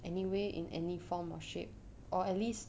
anyway in any form or shape or at least